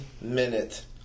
minute